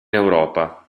europa